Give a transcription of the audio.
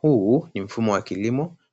Huu ni mfumo.